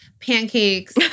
pancakes